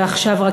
ועכשיו רק